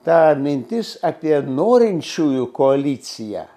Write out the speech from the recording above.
ta mintis apie norinčiųjų koaliciją